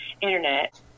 internet